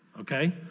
Okay